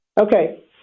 Okay